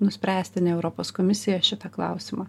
nuspręsti ne europos komisija šitą klausimą